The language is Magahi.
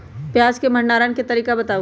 प्याज के भंडारण के तरीका बताऊ?